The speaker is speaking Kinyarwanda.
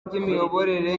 ry’imiyoborere